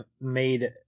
made